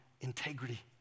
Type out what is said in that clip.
integrity